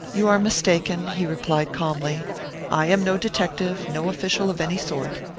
you are mistaken, he replied, calmly i am no detective, no official of any sort.